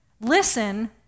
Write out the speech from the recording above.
listen